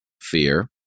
fear